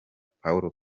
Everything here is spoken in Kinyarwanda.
paulo